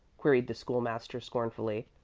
queried the school-master, scornfully.